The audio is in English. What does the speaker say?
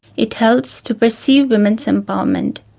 it helps to perceive women's empowerment,